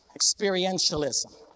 Experientialism